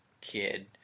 kid